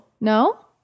No